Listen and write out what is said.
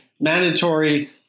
mandatory